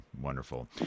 wonderful